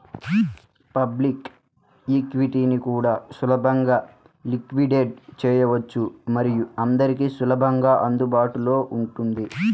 public ఈక్విటీని కూడా సులభంగా లిక్విడేట్ చేయవచ్చు మరియు అందరికీ సులభంగా అందుబాటులో ఉంటుంది